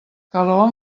calor